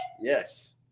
Yes